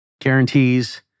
guarantees